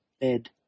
bed